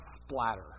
splatter